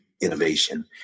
innovation